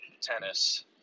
tennis